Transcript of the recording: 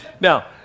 Now